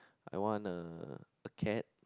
I want a a cat